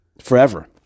forever